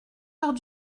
heures